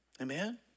Amen